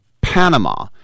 panama